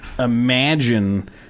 imagine